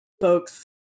folks